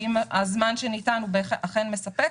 האם הזמן שניתן הוא אכן מספק